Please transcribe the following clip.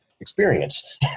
experience